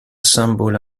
symbole